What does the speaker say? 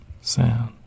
sound